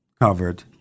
covered